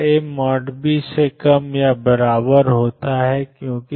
B से कम या बराबर होता है क्योंकि